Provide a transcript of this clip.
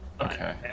okay